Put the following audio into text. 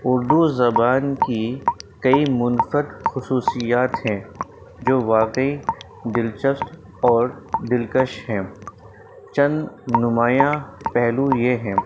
اردو زبان کی کئی منفرد خصوصیات ہیں جو واقعی دلچسپ اور دلکش ہیں چند نمایاں پہلو یہ ہیں